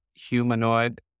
humanoid